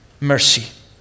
mercy